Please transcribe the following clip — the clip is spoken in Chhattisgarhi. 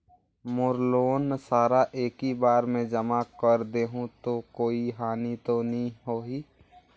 मोर लोन सारा एकी बार मे जमा कर देहु तो कोई हानि तो नी होही?